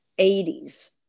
80s